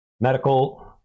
medical